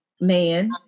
man